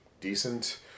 decent